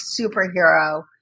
superhero